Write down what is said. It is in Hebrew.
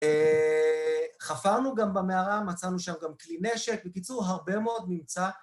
אה... חפרנו גם במערה, מצאנו שם גם כלי נשק, בקיצור, הרבה מאוד נמצא.